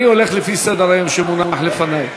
אני הולך לפי סדר-היום שמונח לפני.